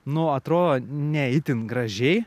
nu atrodo ne itin gražiai